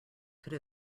could